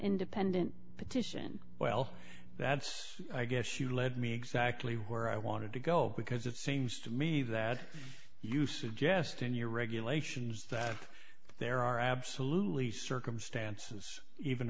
independent petition well that's i guess you let me exactly where i wanted to go because it seems to me that you suggest in your regulations that there are absolutely circumstances even